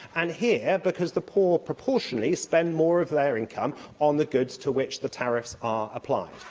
and here because the poor, proportionately, spend more of their income on the goods to which the tariffs are applied.